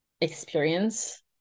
experience